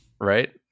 Right